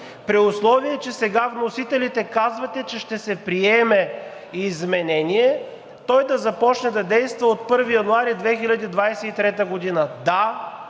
при условие че сега вносителите казвате, че ще се приеме изменение той да започне да действа от 1 януари 2023 г.? Да,